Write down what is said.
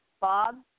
Bob